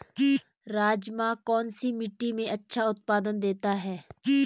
राजमा कौन सी मिट्टी में अच्छा उत्पादन देता है?